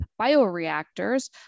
bioreactors